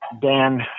Dan